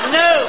no